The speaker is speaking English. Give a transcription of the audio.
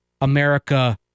america